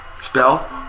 Spell